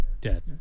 dead